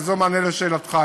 וזה במענה על שאלתך,